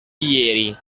ieri